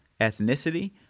ethnicity